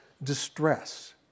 distress